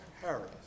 Harris